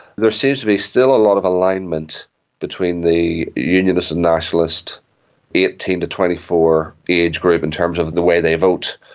there seems to be still a lot of alignment between the unionist and nationalist eighteen twenty four age group in terms of the way they vote.